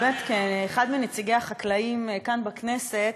באמת כאחד מנציגי החקלאים כאן בכנסת,